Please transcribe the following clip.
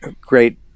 great